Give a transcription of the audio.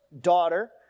daughter